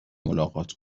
ملاقات